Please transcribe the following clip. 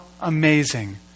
amazing